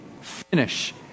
finish